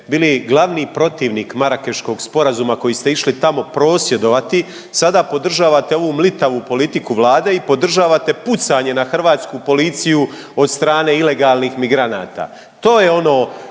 bili glavni protivnik Marakeškog sporazuma, koji ste išli tamo prosvjedovati, sada podržavate ovu mlitavu politiku Vlade i podržavate pucanje na hrvatsku policiju od strane ilegalnih migranata.